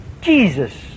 Jesus